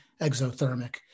exothermic